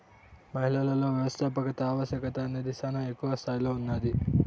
మహిళలలో వ్యవస్థాపకత ఆవశ్యకత అనేది శానా ఎక్కువ స్తాయిలో ఉన్నాది